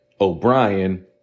O'Brien